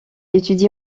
étudie